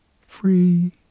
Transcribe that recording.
free